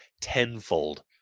tenfold